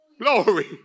Glory